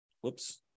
whoops